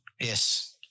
Yes